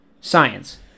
science